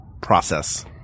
process